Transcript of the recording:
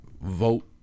vote